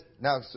Now